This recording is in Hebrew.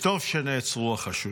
וטוב שנעצרו החשודים.